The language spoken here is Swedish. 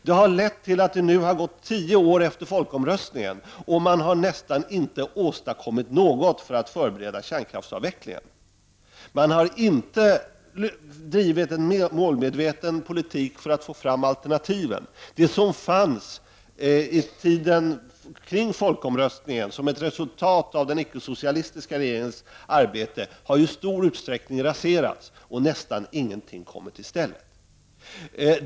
Det har lett till att det nu har gått tio år efter folkomröstningen, och socialdemokraterna har nästan inte åstadkommit något för att förbereda kärnkraftsavvecklingen. Socialdemokraterna har inte drivit en målmedveten politik för att få fram alternativen. Det som fanns vid tiden kring folkomröstningen, som ett resultat av den ickesocialistiska regeringens arbete, har i stor utsträckning raserats, och nästan ingenting har kommit i stället.